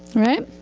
right.